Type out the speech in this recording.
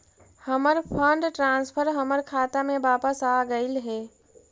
हमर fund transfer हमर खाता में वापस आगईल हे